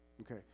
okay